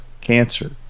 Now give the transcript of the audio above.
cancer